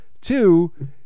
Two